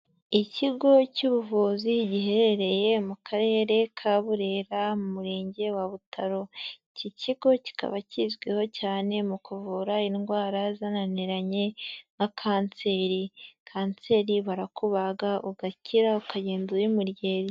Ikigo cy'ubuvuzi giherereye mu karere ka Burera mu murenge wa Butaro, iki kigo kikaba kizwiho cyane mu kuvura indwara zananiranye na kanseri, kanseri barakubaga ugakira ukagenda uri muryerye.